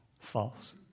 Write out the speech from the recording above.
false